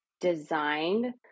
designed